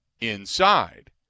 inside